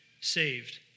saved